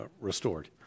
restored